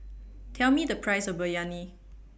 Tell Me The Price of Biryani